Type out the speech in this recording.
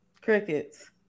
crickets